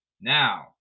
Now